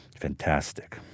Fantastic